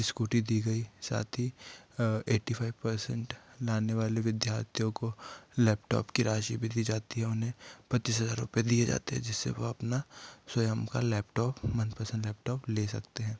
ईस्कूटी दी गई साथ ही ऐटी फाइव परसेन्ट लाने वाले विद्यार्थियों को लैपटॉप की राशि भी दी जाती है उन्हें पचीस हजार रुपए दिए जाते जिससे वो अपना स्वयं का लैपटॉप मनपसंद लॉपटॉप ले सकते हैं